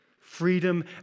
freedom